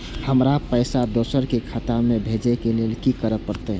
हमरा पैसा दोसर के खाता में भेजे के लेल की करे परते?